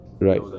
Right